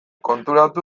konturatu